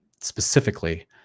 specifically